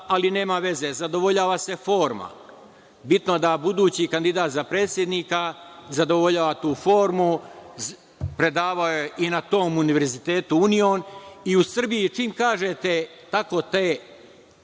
ali nema veze, zadovoljava se forma. Bitno je da budući kandidat za predsednika zadovoljava tu formu, predavao je i na tom Univerzitetu Union. I u Srbiji čim kažete tako ta